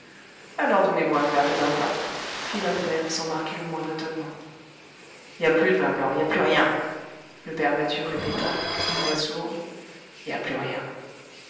alors donnez-moi un verre de vin blanc fit l'homme vert sans marquer le moindre étonnement y a plus de vin blanc y a plus rien le père mathieu répéta d'une voix sourde y a plus rien